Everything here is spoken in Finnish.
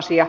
asia